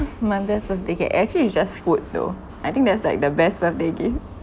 my best birthday gift actually is just food though I think that's like the best birthday gift